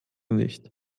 nicht